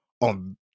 on